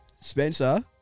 Spencer